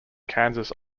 kansas